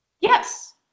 Yes